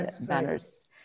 banners